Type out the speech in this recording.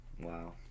Wow